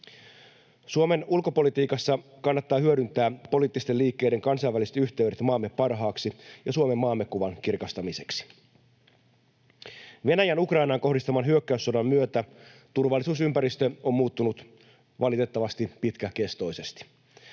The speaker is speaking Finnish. Suomen ulkopolitiikassa kannattaa hyödyntää poliittisten liikkeiden kansainväliset yhteydet maamme parhaaksi ja Suomenmaamme kuvan kirkastamiseksi. Venäjän Ukrainaan kohdistaman hyökkäyssodan myötä turvallisuusympäristö on muuttunut valitettavasti pitkäkestoisesti.